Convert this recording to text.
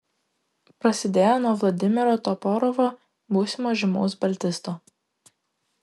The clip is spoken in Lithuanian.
prasidėjo nuo vladimiro toporovo būsimo žymaus baltisto